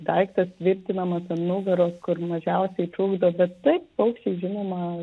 daiktas tvirtinamas ant nugaros kur mažiausiai trukdo bet taip paukščiai žinoma